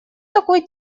такой